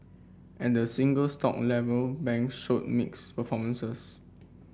and the single stock level bank showed mixed performances